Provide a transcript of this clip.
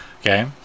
okay